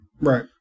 Right